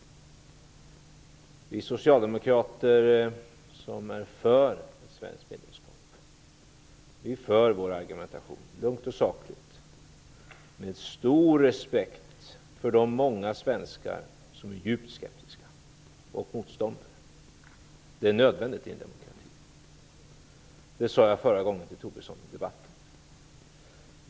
Vi socialdemokrater som är för ett svenskt medlemskap för vår argumentation lugnt och sakligt med stor respekt för de många svenskar som är djupt skeptiska och motståndare. Det är nödvändigt i en demokrati. Det sade jag förra gången till Lars Tobisson i debatten.